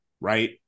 right